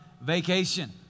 vacation